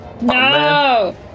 no